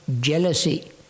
jealousy